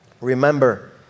Remember